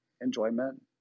enjoyment